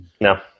No